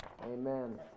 Amen